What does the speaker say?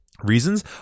reasons